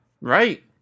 Right